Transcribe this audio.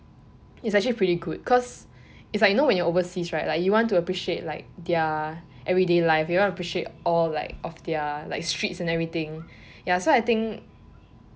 it's actually pretty good cause as I know when you are overseas right you want to appreciate like their everyday life you want to appreciate all like of like their like streets and everything ya so I think